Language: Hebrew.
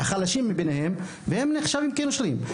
החלשים מבניהם והם נחשבים כנושרים.